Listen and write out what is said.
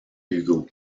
hugo